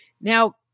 Now